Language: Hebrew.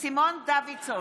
סימון דוידסון,